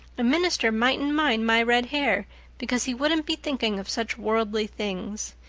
a minister mightn't mind my red hair because he wouldn't be thinking of such worldly things.